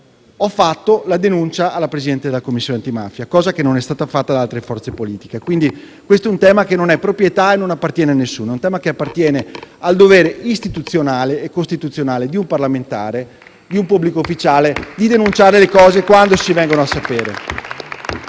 ho fatto la denuncia al Presidente della Commissione antimafia, la qual cosa non è stata fatta da altre forze politiche. Quindi, questo è un tema che non è di proprietà e non appartiene a nessuno: appartiene al dovere istituzionale e costituzionale di un parlamentare, di un pubblico ufficiale di denunciare, quando si vengono a sapere,